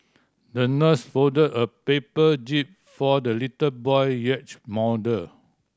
the nurse folded a paper jib for the little boy yacht model